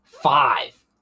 Five